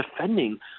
defending